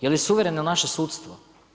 Je li suvereno naše sudstvo?